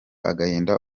agahinda